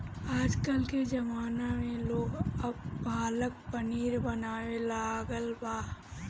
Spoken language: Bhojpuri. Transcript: आजकल के ज़माना में लोग अब पालक पनीर बनावे लागल बा